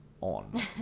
on